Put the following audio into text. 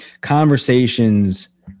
conversations